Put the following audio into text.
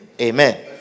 Amen